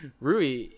rui